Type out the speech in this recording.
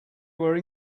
were